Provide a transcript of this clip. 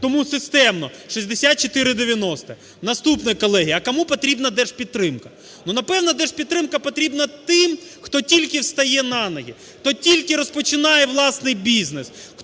Тому системно – 6490. Наступне, колеги, а кому потрібна держпідтримка? Ну, напевно, держпідтримка потрібна тим, хто тільки встає на ноги, хто тільки розпочинає власний бізнес,